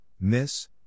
miss